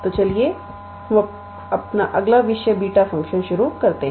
तो चलिए हम अपना अगला विषय बीटा फंक्शन शुरू करते हैं